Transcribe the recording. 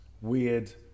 weird